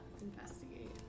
investigate